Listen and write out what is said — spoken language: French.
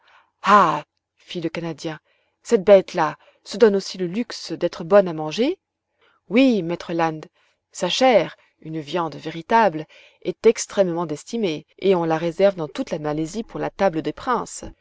le canadien cette bête la se donne aussi le luxe d'être bonne à manger oui maître land sa chair une viande véritable est extrêmement estimée et on la réserve dans toute la malaisie pour la table des princes